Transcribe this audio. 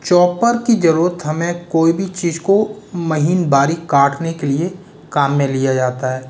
chopper की ज़रूरत हमें कोई भी चीज़ को महीन बारिक काटने के लिए काम में लिया जाता है